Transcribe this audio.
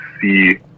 see